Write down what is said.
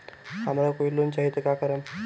हमरा कोई लोन चाही त का करेम?